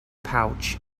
pouch